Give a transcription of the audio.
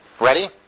Ready